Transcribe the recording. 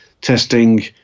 testing